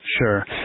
Sure